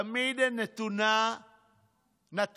תמיד נתון המנדט